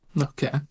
okay